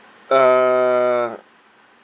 uh